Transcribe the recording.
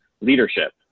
leadership